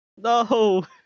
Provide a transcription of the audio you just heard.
No